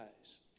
eyes